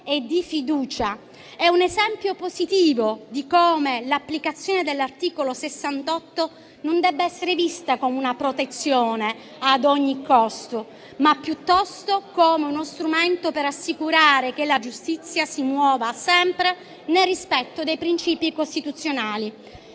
È un esempio positivo di come l'applicazione dell'articolo 68 non debba essere vista come una protezione ad ogni costo, ma piuttosto come uno strumento per assicurare che la giustizia si muova sempre nel rispetto dei principi costituzionali.